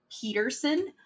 Peterson